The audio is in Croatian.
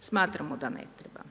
smatramo da ne treba.